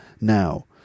now